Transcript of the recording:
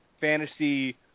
fantasy